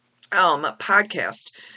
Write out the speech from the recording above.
podcast